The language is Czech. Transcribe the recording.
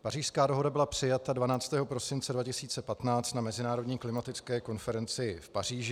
Pařížská dohoda byla přijata 12. prosince 2015 na mezinárodní klimatické konferenci v Paříži.